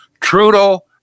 Trudeau